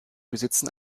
besitzen